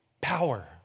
power